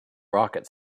rocket